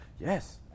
Yes